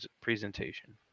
presentation